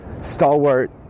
stalwart